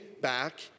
back